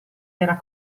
era